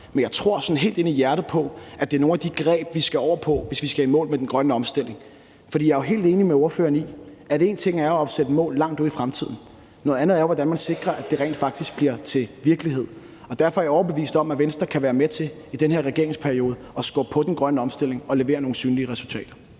Men jeg tror sådan helt ind i hjertet på, at det er nogle af de greb, vi skal over i, hvis vi skal i mål med den grønne omstilling. For jeg er helt enig med ordføreren i, at én ting er at opsætte mål langt ude i fremtiden; noget andet er, hvordan man sikrer, at det rent faktisk bliver til virkelighed. Derfor er jeg overbevist om, at Venstre kan være med til i den her regeringsperiode at skubbe på den grønne omstilling og levere nogle synlige resultater.